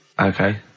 Okay